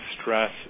stress